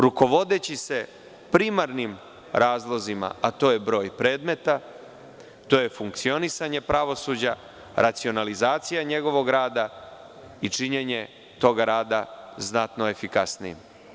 Rukovodeći se primarnim razlozima, a to je broj predmeta, funkcionisanje pravosuđa, racionalizacija njegovog rada i činjenje znatno efikasnijim.